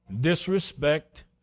disrespect